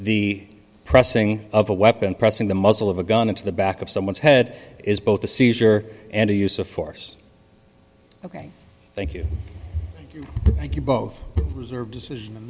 the pressing of a weapon pressing the muzzle of a gun into the back of someone's head is both a seizure and a use of force ok thank you thank you both reserve decision in